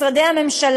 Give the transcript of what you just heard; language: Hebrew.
כמו משרדי הממשלה,